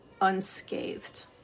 unscathed